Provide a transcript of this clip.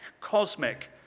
cosmic